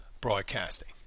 broadcasting